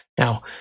Now